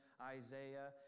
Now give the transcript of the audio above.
Isaiah